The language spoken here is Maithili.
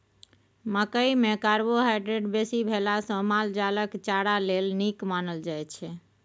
मकइ मे कार्बोहाइड्रेट बेसी भेला सँ माल जालक चारा लेल नीक मानल जाइ छै